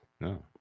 No